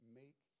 make